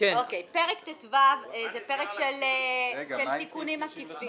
פרק ט"ו זה פרק של תיקונים עקיפים.